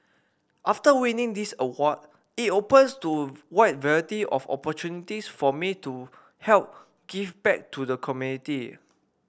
after winning this award it opens to a wide variety of opportunities for me to help give back to the community